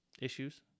issues